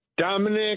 Dominic